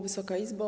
Wysoka Izbo!